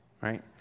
Right